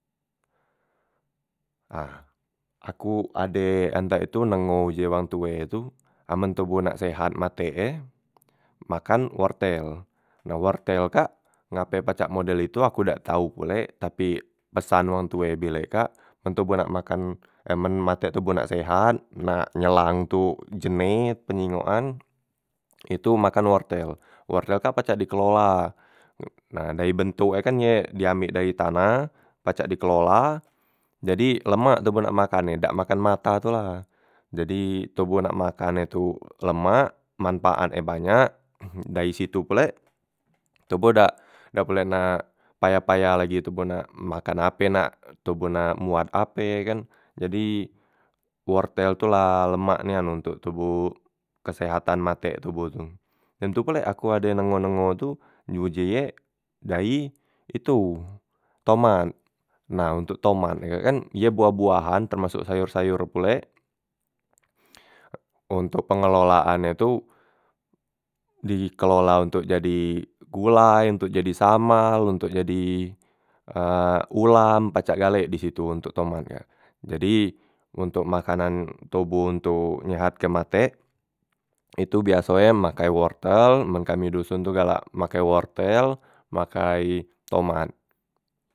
Nah aku ade antek tu dengo je wang tue tu amen toboh nak sehat matek e makan wortel, nah wortel kak ngape pacak model itu aku dak tau pulek tapi pesan wong tue bilek kak men toboh nak makan e men matek toboh nak sehat nak nyelang tu jenet penyingokan itu makan wortel, wortel kak pacak dikelola, e nah dayi bentok e kan ye diambek dayi tanah pacak dikelola jadi lemak toboh nak makan e dak makan mata tu la, jadi toboh nak makan e tu lemak manpaatnye banyak dayi situ pulek toboh dak dak pulek nak payah- payah lagi toboh nak makan ape nak toboh nak moat ape ye kan, jadi wortel tu la lemak nian ontok toboh kesehatan matek toboh tu. Dem tu pulek aku ado dengo- dengo tu di uji ye dayi itu tomat, nah ontok tomat e kak kan ye boah- boahan temasok sayor- sayor pulek ontok pengelolaan e tu dikelola ontok jadi gulai, ntok jadi samal, ntok jadi ulam, pacak galek disitu ontok tomat kak, jadi ontok makanan toboh ontok nyehatke matek itu biaso e makai wortel men kami doson tu galak makei wortel, makai tomat.